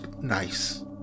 nice